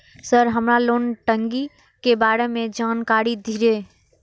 Sir हमरा loan टंगी के बारे में जान कारी धीरे?